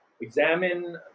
examine